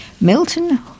Milton